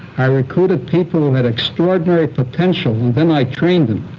i recruited people that extraordinary potential then i trained them.